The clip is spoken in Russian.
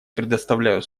предоставляю